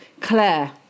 Claire